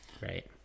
right